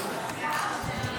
לרשותך עד עשר דקות.